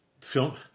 film